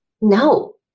No